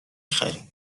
خریم